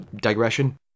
digression